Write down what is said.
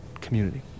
community